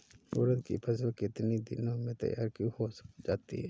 उड़द की फसल कितनी दिनों में तैयार हो जाती है?